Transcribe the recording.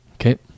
okay